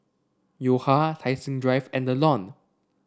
Yo Ha Tai Seng Drive and The Lawn